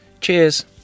Cheers